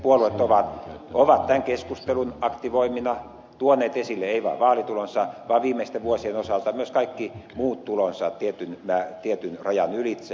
nyt puolueet ovat tämän keskustelun aktivoimina tuoneet esille eivät vain vaalitulonsa vaan viimeisten vuosien osalta myös kaikki muut tulonsa tietyn rajan ylitse